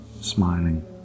smiling